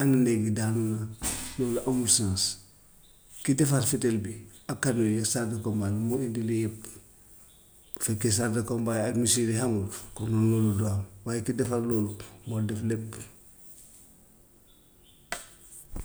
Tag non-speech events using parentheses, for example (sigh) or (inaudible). ana néeg yi daanu daanu na, (noise) lolu amut sens. Ki defar fetel bi ak camion yi chars de combat yi moo indi lii yëpp, bu fekkee chars de combat yi ak missiles yi xamut, kon loolu du am, waaye ki defar loolu moo def lépp. (noise)